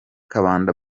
kabanda